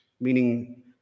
meaning